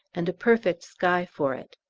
and a perfect sky for it.